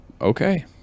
okay